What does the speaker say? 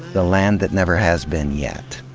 the land that never has been yet.